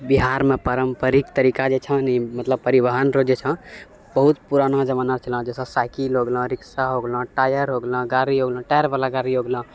बिहारमे पारम्परिक तरीका जे छँ ने मतलब परिवहन रऽ जे छै बहुत पुरानो जमानाके छलो जैसे साइकिल हो गेलो रिक्शा हो गेलो टायर हो गेलो गाड़ी हो गेलो टायरवाला गाड़ी हो गेलो